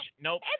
Nope